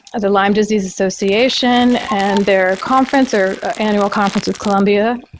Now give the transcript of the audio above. the lyme disease association and their conference or annual conference with columbia,